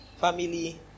Family